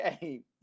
game